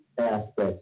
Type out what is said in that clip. aspects